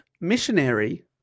missionary